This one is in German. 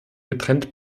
getrennt